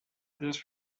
this